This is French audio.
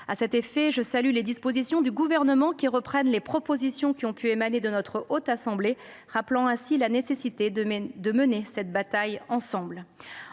À cet effet, je salue les dispositions du Gouvernement qui reprennent les propositions émanant de notre Haute Assemblée, rappelant ainsi la nécessité de mener cette bataille ensemble.